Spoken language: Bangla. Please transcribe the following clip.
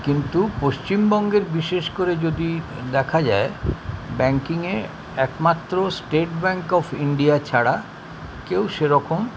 কিন্তু পশ্চিমবঙ্গের বিশেষ করে যদি দেখা যায় ব্যাঙ্কিংয়ে একমাত্র স্টেট ব্যাঙ্ক অফ ইণ্ডিয়া ছাড়া কেউ সেরকম